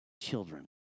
children